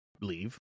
leave